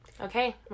okay